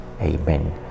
Amen